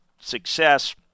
success